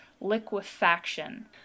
liquefaction